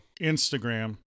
Instagram